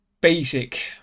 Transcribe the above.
basic